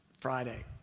Friday